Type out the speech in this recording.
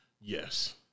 Yes